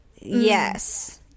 yes